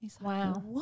Wow